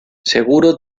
seguro